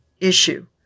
issue